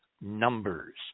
numbers